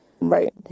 right